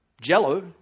Jello